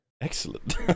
Excellent